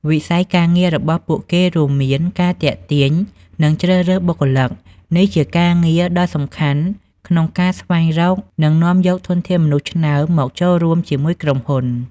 វិស័យការងាររបស់ពួកគេរួមមាន៖ ការទាក់ទាញ និងជ្រើសរើសបុគ្គលិក: នេះជាការងារដ៏សំខាន់ក្នុងការស្វែងរក និងនាំយកធនធានមនុស្សឆ្នើមមកចូលរួមជាមួយក្រុមហ៊ុន។